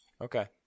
Okay